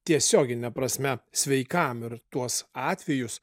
tiesiogine prasme sveikam ir tuos atvejus